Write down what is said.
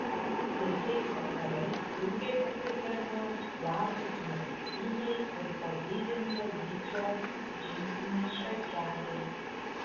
vėsiais vakarais puikiai pasitarnaus platūs megztiniai ir padidinto dydžio džinsiniai švarkeliai